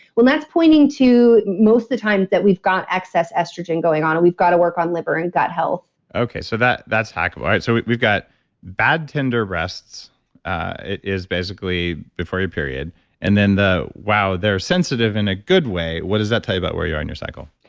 well, that's pointing to most of the times that we've got excess estrogen going on and we've got to work on liver and gut health okay. so that's hackable, right? so we've we've got bad tender breasts is basically before your period and then the wow, they're sensitive in a good way. what does that tell you about where you are in your cycle?